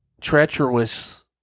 treacherous